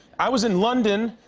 i was in london,